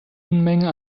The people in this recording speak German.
unmenge